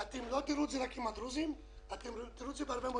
אתם תראו את זה לא רק עם הדרוזים אלא תראו את זה בהרבה מאוד מקומות.